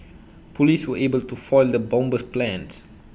Police were able to foil the bomber's plans